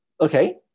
Okay